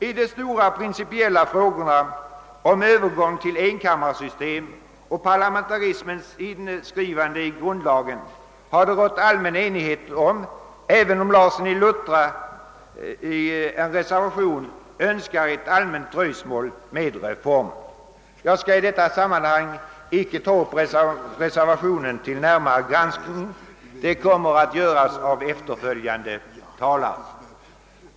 I de stora principiella frågorna om övergång till enkammarsystem och parlamentarismens inskrivande i grundlagen har det rått allmän enighet, även om herr Larsson i Luttra i en reservation yrkar på ett allmänt uppskov med reformen. Jag skall i detta sammanhang inte ta upp den reservationen till närmare granskning; det kommer att göras av efterföljande talare.